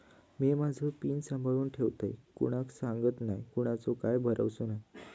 मिया माझो पिन सांभाळुन ठेवतय कोणाक सांगत नाय कोणाचो काय भरवसो नाय